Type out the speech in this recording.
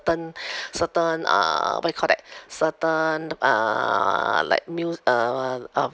certain certain uh what you call that certain uh like meal uh uh